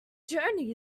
journey